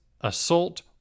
assault